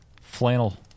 flannel